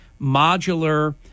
modular